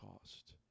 cost